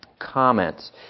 comments